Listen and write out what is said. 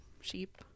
sheep